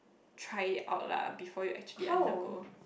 try it out lah before you actually undergo